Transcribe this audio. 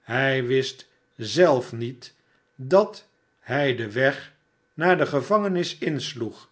hij wist zelf niet dat hij den weg naar de gevangenis insloeg